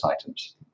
items